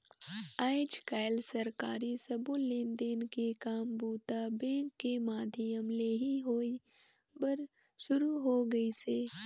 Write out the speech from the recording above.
आयज कायल सरकारी सबो लेन देन के काम बूता बेंक के माधियम ले ही होय बर सुरू हो गइसे